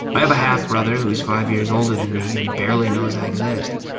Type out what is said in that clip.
i have a half brother who's five years older than me and barely knows i exist.